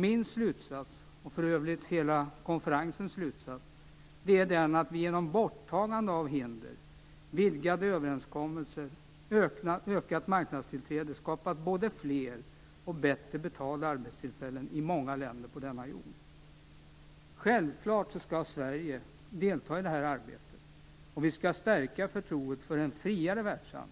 Min slutsats, och för övrigt hela konferensens slutsats, är den att vi genom borttagande av hinder, vidgade överenskommelser och ökat marknadstillträde skapar både fler och bättre betalda arbetstillfällen i många länder på denna jord. Självfallet skall Sverige delta i detta arbete. Vi skall stärka förtroendet för en friare världshandel.